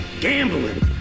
Gambling